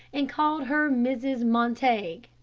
and called her mrs. montague.